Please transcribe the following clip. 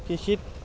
কৃষিত